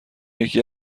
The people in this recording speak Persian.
یکی